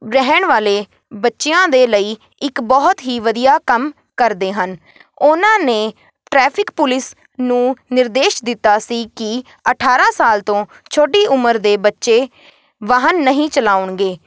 ਰਹਿਣ ਵਾਲੇ ਬੱਚਿਆਂ ਦੇ ਲਈ ਇੱਕ ਬਹੁਤ ਹੀ ਵਧੀਆ ਕੰਮ ਕਰਦੇ ਹਨ ਉਨ੍ਹਾਂ ਨੇ ਟਰੈਫਿਕ ਪੁਲਿਸ ਨੂੰ ਨਿਰਦੇਸ਼ ਦਿੱਤਾ ਸੀ ਕਿ ਅਠਾਰ੍ਹਾਂ ਸਾਲ ਤੋਂ ਛੋਟੀ ਉਮਰ ਦੇ ਬੱਚੇ ਵਾਹਨ ਨਹੀਂ ਚਲਾਉਣਗੇ